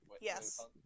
Yes